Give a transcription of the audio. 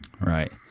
Right